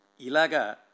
Ilaga